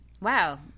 Wow